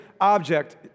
object